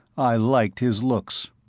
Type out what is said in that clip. i liked his looks.